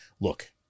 look